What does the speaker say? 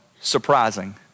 surprising